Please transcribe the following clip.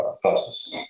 process